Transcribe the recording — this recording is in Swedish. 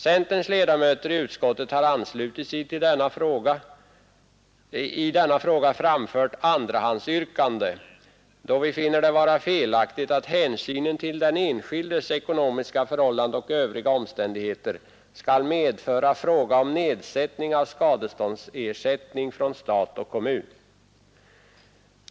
Centerns ledamöter i utskottet har anslutit sig till i denna fråga framfört andrahandsyrkande, då vi finner det vara felaktigt att hänsynen till stat och kommun skall kunna medföra fråga om nedsättning av skadeståndsersättning.